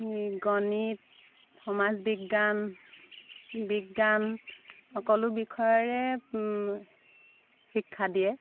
গণিত সমাজ বিজ্ঞান বিজ্ঞান সকলো বিষয়ৰে শিক্ষা দিয়ে